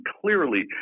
clearly